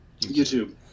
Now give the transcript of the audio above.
YouTube